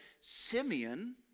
Simeon